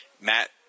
Matt